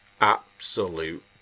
Absolute